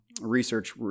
research